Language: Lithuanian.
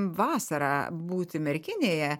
vasarą būti merkinėje